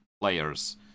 players